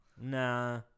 Nah